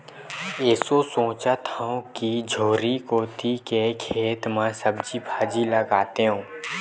एसो सोचत हँव कि झोरी कोती के खेत म सब्जी भाजी लगातेंव